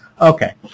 okay